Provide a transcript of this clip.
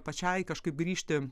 pačiai kažkaip grįžti